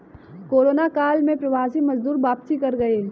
corona काल में प्रवासी मजदूर वापसी कर गए